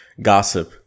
gossip